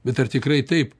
bet ar tikrai taip